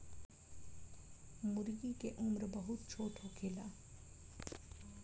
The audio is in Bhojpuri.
मूर्गी के उम्र बहुत छोट होखेला